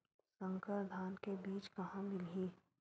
संकर धान के बीज कहां मिलही?